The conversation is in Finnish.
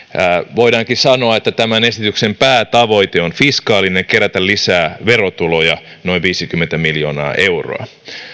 voidaankin sanoa että tämän esityksen päätavoite on fiskaalinen kerätä lisää verotuloja noin viisikymmentä miljoonaa euroa